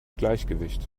gleichgewicht